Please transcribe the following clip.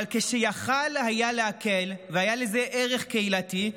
אבל כשיכול היה להקל והיה לזה ערך קהילתי,